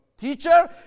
Teacher